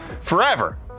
forever